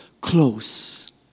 close